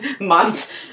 months